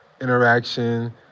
interaction